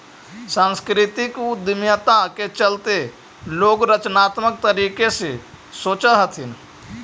सांस्कृतिक उद्यमिता के चलते लोग रचनात्मक तरीके से सोचअ हथीन